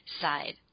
side